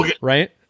right